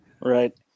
Right